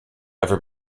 ever